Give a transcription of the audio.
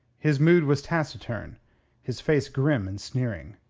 his mood was taciturn his face grim and sneering.